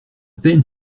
peine